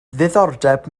ddiddordeb